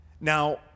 Now